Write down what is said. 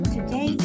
Today